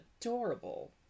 adorable